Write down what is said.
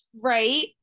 right